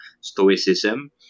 stoicism